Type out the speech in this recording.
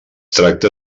tracta